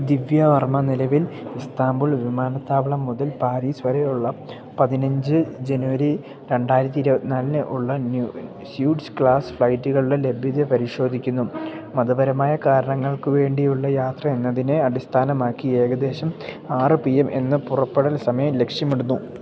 ദിവ്യ വർമ്മ നിലവിൽ ഇസ്താംബുൾ വിമാനത്താവളം മുതൽ പാരീസ് വരെയുള്ള പതിനഞ്ച് ജനുവരി രണ്ടായിരത്തി ഇരുപത്തി നാലിന് ഉള്ള ന്യൂ സ്യൂട്ട്സ് ക്ലാസ് ഫ്ലൈറ്റുകളുടെ ലഭ്യത പരിശോധിക്കുന്നു മതപരമായ കാരണങ്ങൾക്കു വേണ്ടിയുള്ള യാത്ര എന്നതിനെ അടിസ്ഥാനമാക്കി ഏകദേശം ആറ് പി എം എന്ന പുറപ്പെടൽ സമയം ലക്ഷ്യമിടുന്നു